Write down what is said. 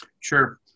Sure